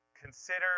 consider